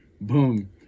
Boom